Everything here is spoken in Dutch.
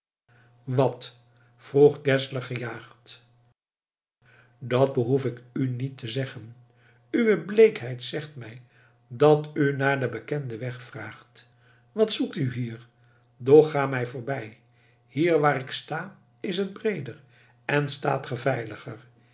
wat vroeg geszler gejaagd dat behoef ik u niet te zeggen uwe bleekheid zegt mij dat u naar den bekenden weg vraagt wat zoekt u hier doch ga mij voorbij hier waar ik sta is het breeder en staat ge veiliger